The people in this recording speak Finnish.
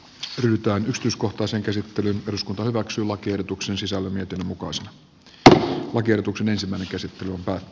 sen päivystys koko sen käsittelyn peruskuntokaxymakertuksen sisällä myöten mukaisella oikeutuksen ensimmäinen käsittely ovat